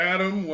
Adam